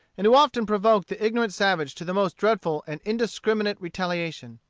and who often provoked the ignorant savage to the most dreadful and indiscriminate retaliation.